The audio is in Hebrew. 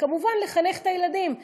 וכמובן, לחנך את הילדים.